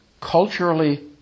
culturally